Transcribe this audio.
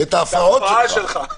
את ההפרעות שלך.